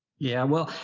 yeah. well,